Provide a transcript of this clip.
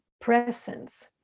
presence